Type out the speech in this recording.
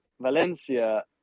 Valencia